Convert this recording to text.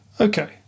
Okay